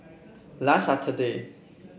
last Saturday